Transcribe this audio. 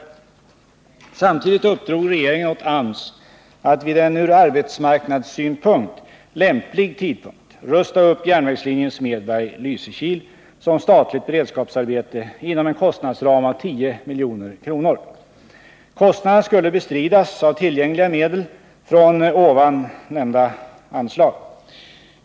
Samtidigt uppdrog regeringen åt AMS att vid en från arbetsmarknadssynpunkt lämplig tidpunkt rusta upp järnvägslinjen Smedberg-Lysekil som statligt beredskapsarbete inom en kostnadsram av 10 milj.kr. Kostnaderna skulle bestridas av tillgängliga medel från nyss nämnda anslag.